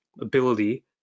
ability